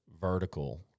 vertical